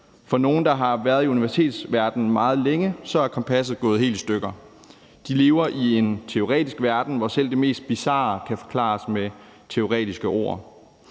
af dem, der har været i universitetsverdenen meget længe, er kompasset gået helt i stykker. De lever i en teoretisk verden, hvor selv det mest bizarre kan forklares med teoretiske ord.